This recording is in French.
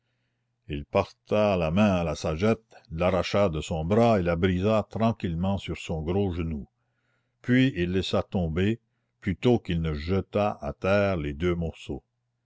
il porta la main à la sagette l'arracha de son bras et la brisa tranquillement sur son gros genou puis il laissa tomber plutôt qu'il ne jeta à terre les deux morceaux